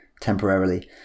temporarily